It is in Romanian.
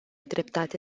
dreptate